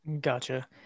Gotcha